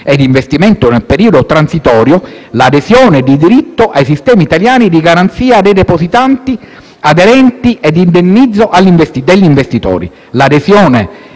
e d'investimento nel periodo transitorio, l'adesione di diritto ai sistemi italiani di garanzia dei depositanti aderenti e d'indennizzo degli investitori.